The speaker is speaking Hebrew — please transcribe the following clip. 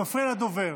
זה מפריע לדובר.